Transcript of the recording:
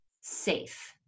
safe